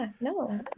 no